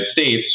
States